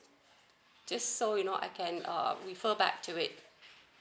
just so you know I can um refer back to it